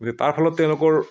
গতিকে তাৰ ফলত তেওঁলোকৰ